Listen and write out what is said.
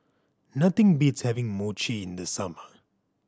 nothing beats having Mochi in the summer